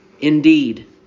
Indeed